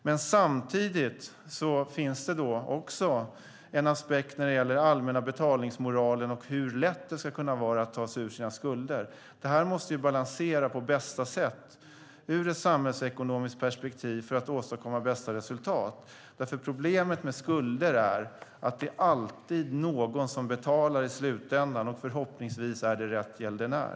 Men samtidigt finns det en aspekt som gäller den allmänna betalningsmoralen och hur lätt det ska vara att ta sig ur sina skulder. Det här måste vi balansera på bästa sätt i ett samhällsekonomiskt perspektiv för att åstadkomma bästa resultat. Problemet med skulder är att det alltid är någon som betalar i slutändan, och förhoppningsvis är det rätt gäldenär.